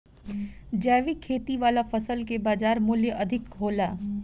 जैविक खेती वाला फसल के बाजार मूल्य अधिक होला